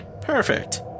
Perfect